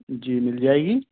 जी मिल जाएगी